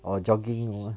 or jogging orh